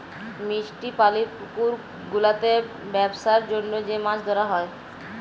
মিষ্টি পালির পুকুর গুলাতে বেপসার জনহ যে মাছ ধরা হ্যয়